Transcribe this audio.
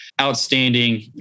outstanding